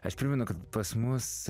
aš primenu kad pas mus